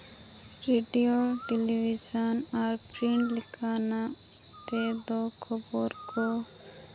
radio television ᱟᱨ print ᱞᱮᱠᱟᱱᱟᱜ ᱛᱮᱫᱚ ᱠᱷᱚᱵᱚᱨ ᱠᱚ